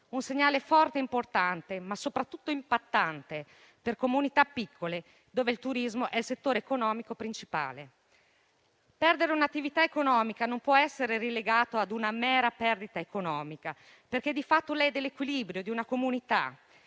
un segnale forte e importante, ma soprattutto impattante per comunità piccole dove il turismo è il settore economico principale. Perdere un'attività economica non può essere relegato ad una mera perdita economica, perché di fatto lede l'equilibrio di una comunità: